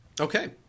Okay